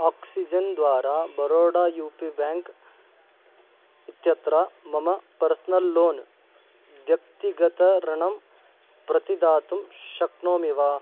oxygen द्वारा Baroda UP पी बेङ्क् इत्यत्र मम पर्स्नल् लोन् व्यक्तिगतऋणं प्रतिदातुं शक्नोमि वा